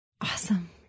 awesome